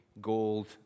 gold